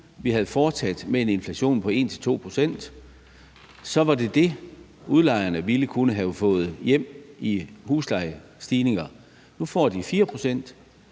vi havde fortsat med en inflation på 1-2 pct., var det det, udlejerne ville kunne have fået hjem i huslejestigninger. Nu får de 4 pct.